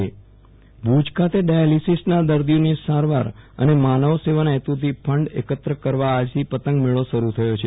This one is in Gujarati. વિરલ રાણા પતંગમેળો ભુજ ખાત ડાયાલીસીના દર્દીઓની સારવાર અને માનવ સેવાના હેતુથી ફંડ એકત્ર કરવા આજથી પતંગ મેળો શરૂ થયો છે